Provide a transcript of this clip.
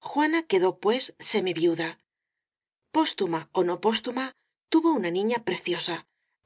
juana quedó pues semi viuda postuma ó no postuma tuvo una niña preciosa